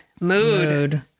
Mood